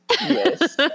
Yes